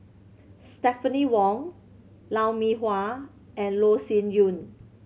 Stephanie Wong Lou Mee Hua and Loh Sin Yun